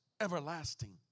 everlasting